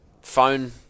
Phone